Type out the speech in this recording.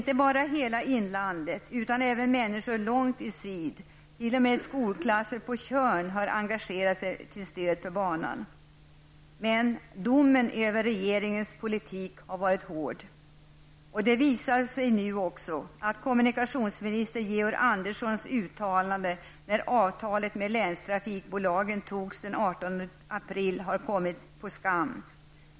Inte bara människor i hela inlandet utan även människor långt i syd, t.o.m. skolklasser på Tjörn, har engagerat sig till stöd för den här banan. Men domen över regeringens politik är hård. Det visar sig nu också att kommunikationsminister Georg Anderssons uttalande i samband med att avtalet med länstrafikbolagen träffades den 18 april har kommit på skam.